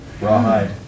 Rawhide